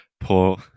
Poor